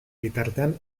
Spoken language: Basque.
bitartean